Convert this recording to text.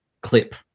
clip